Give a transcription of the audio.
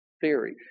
theory